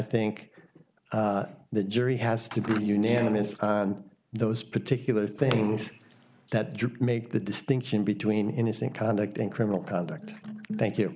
think the jury has to be unanimous on those particular things that make the distinction between innocent conduct and criminal conduct thank you